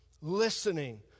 listening